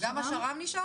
גם השר"מ נשאר?